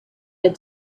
had